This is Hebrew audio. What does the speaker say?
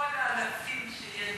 חוזר